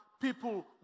people